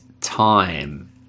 time